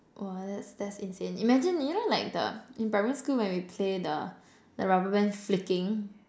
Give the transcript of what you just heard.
!wah! that that's insane imagine you know like the in primary school when we play the the rubber band flicking